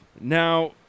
Now